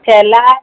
ଠେଲା